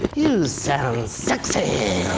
you sound sexy.